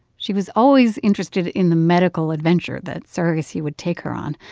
she was always interested in the medical adventure that surrogacy would take her on,